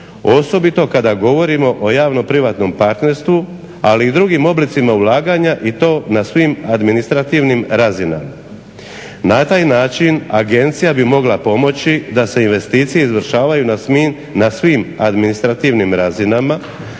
osobito kada govorimo o javno privatnom partnerstvu, ali i drugim oblicima ulaganja i to na svim administrativnim razinama. Na taj način agencija bi mogla pomoći da se investicije izvršavaju na svim administrativnim razinama,